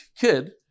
kid